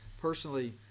personally